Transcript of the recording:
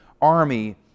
army